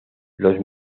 los